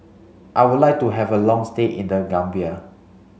I would like to have a long stay in the Gambia